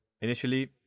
Initially